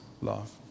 love